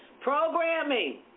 Programming